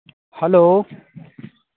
hello